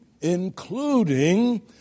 including